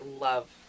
love